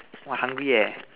!wah! hungry eh